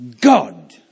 God